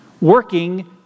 working